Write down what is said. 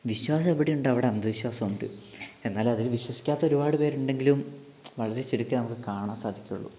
വിശ്വാസം എവിടെ ഉണ്ടോ അവിടെ അന്ധവിശ്വാസം ഉണ്ട് എന്നാലും അതില് വിശ്വസിക്കാത്ത ഒരുപാട് പേരുണ്ടെങ്കിലും വളരെ ചുരുക്കമേ നമുക്ക് കാണാൻ സാധിക്കൂള്ളൂ